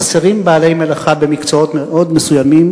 חסרים בעלי מלאכה במקצועות מאוד מסוימים.